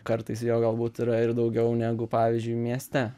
kartais jo galbūt yra ir daugiau negu pavyzdžiui mieste